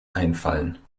einfallen